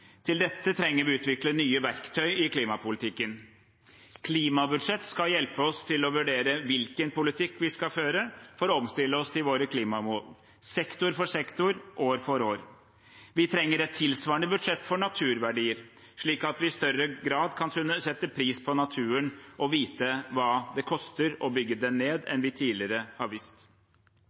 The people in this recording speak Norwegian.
utvikle nye verktøy i klimapolitikken. Klimabudsjett skal hjelpe oss til å vurdere hvilken politikk vi skal føre for å omstille oss til våre klimamål – sektor for sektor, år for år. Vi trenger et tilsvarende budsjett for naturverdier, slik at vi i større grad kan sette pris på naturen og i større grad enn vi tidligere har visst, kan vite hva det koster å bygge den ned. Vi satser kraftig på Enova. Det har